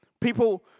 People